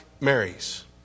Mary's